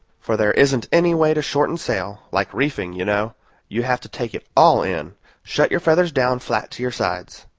for there isn't anyway to shorten sail like reefing, you know you have to take it all in shut your feathers down flat to your sides.